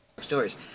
stories